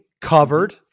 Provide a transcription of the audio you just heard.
covered